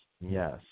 yes